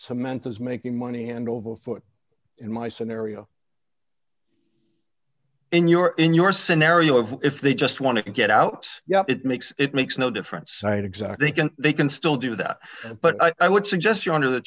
cement is making money hand over foot in my scenario in your in your scenario of if they just want to get out yeah it makes it makes no difference right exactly can they can still do that but i would suggest your honor th